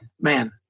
man